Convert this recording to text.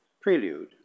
Prelude